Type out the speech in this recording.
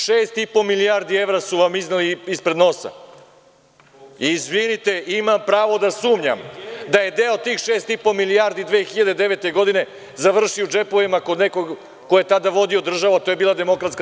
Šest i po milijardi evra su vam izneli ispred nosa i izvinite ima pravo da sumnjam da je deo tih 6,5 milijardi 2009. godine završio u džepovima kod nekog ko je tada vodio državu, a to je bila DS.